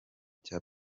cya